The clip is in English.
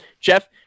Jeff